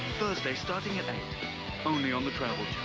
thursdays starting at eight only on the travel